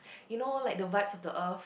you know like the vibe of the Earth